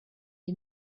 you